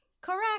Correct